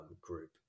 group